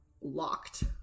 locked